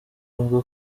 avuga